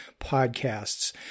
podcasts